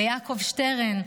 ליעקב שטרן,